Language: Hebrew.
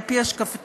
על פי השקפתי,